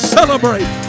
celebrate